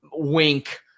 wink